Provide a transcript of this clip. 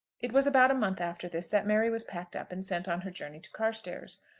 it was about a month after this that mary was packed up and sent on her journey to carstairs.